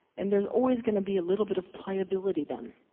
and there's always gonna be a little bit of pliability then.